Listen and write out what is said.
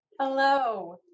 Hello